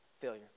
failure